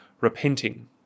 repenting